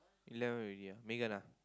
eleven already Megan